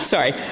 Sorry